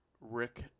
Rick